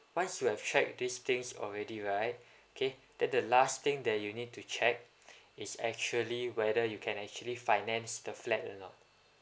once you have checked these things already right okay then the last thing that you need to check is actually whether you can actually finance the flat or not